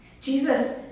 Jesus